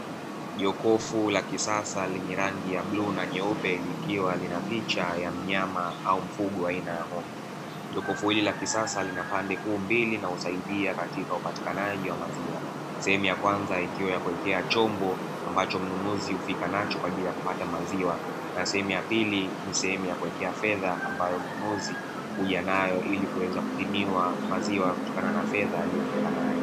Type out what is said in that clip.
Jokofu la kisasa lenye rangi ya bluu ya nyeupe likiwa lina picha ya mnyama au mfugo aina ya ng'ombe. Jokofu hili la kisasa lina pande kuu mbili na husaidia katika upatikanaji wa maziwa. Sehemu ya kwanza ikiwa ya kuwekea chombo ambacho mnunuzi hufika nacho kwa ajili ya kupata maziwa. Na sehemu ya pili ni sehemu ya kuwekea fedha ambayo mnunuzi huja nayo ili kuweza kupimiwa maziwa kutokanana fedha aliyokuja nayo.